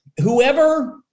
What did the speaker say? whoever